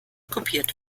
kopiert